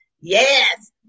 Yes